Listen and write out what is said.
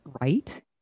right